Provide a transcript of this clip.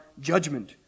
judgment